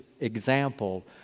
example